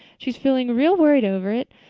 she's feeling real worried over it.